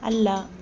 ಅಲ್ಲ